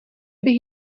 bych